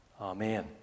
Amen